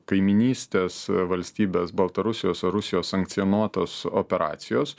kaimynystės valstybės baltarusijos ar rusijos sankcionuotos operacijos